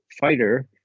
fighter